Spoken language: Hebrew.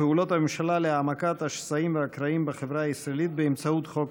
פעולות הממשלה להעמקת השסעים והקרעים בחברה הישראלית באמצעות חוק